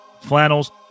Flannels